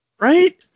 Right